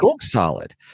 Solid